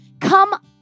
Come